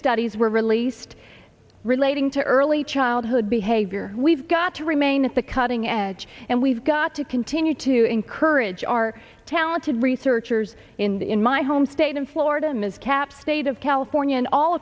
studies were released relating to early childhood behavior we've got to remain at the cutting edge and we've got to continue to encourage our talented researchers in my home state of florida ms capps state of california and all